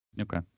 Okay